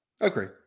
Agree